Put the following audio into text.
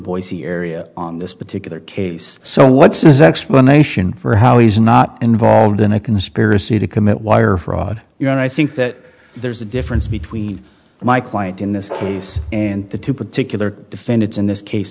boise area on this particular case so what's his explanation for how he's not involved in a conspiracy to commit wire fraud you know and i think that there's a difference between my client in this case and the two particular defendants in this case